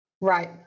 Right